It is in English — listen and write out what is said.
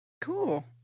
Cool